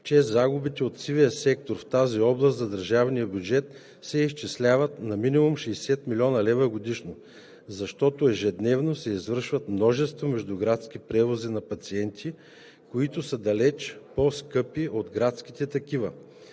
че загубите от сивия сектор в тази област за държавния бюджет се изчисляват на минимум 60 млн. лв. годишно, защото ежедневно се извършват множество междуградски превози на пациенти, които са далеч по-скъпи от градските такива.